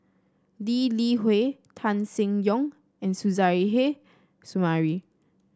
Lee Li Hui Tan Seng Yong and Suzairhe Sumari